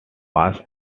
was